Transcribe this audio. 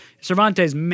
Cervantes